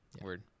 word